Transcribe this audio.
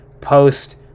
post